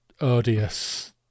odious